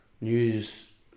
news